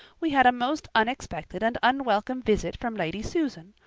we had a most unexpected and unwelcome visit from lady susan,